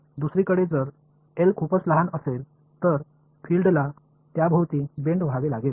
दुसरीकडे जर एल खूपच लहान असेल तर फिल्डला त्याभोवती बेंड व्हावे लागेल